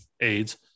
AIDS